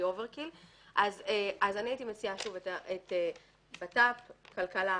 אני הייתי מציעה את ביטחון פנים, כלכלה,